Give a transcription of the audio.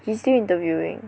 he still interviewing